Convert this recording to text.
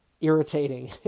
irritating